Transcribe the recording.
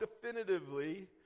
definitively